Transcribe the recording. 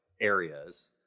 areas